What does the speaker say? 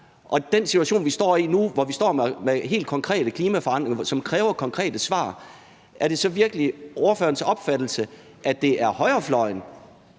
Og i den situation, vi står i nu, hvor vi står med helt konkrete klimaforandringer, som kræver konkrete svar, er det så virkelig ordførerens opfattelse, at det er højrefløjen